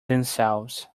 themselves